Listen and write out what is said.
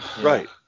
Right